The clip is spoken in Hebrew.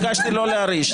ביקשתי לא להרעיש.